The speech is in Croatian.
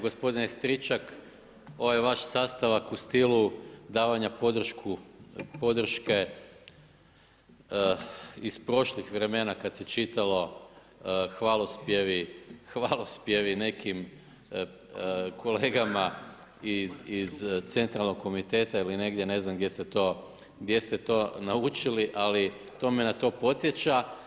Gospodin Stričak, ovaj vaš sastavak u stilu davanje podršku podrške iz prošlih vremena kada se čitalo hvalospjevi, hvalospjevi nekim kolegama iz Centralnog komiteta ili negdje, ne znam gdje ste to naučili, ali to me na to podsjeća.